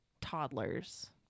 toddlers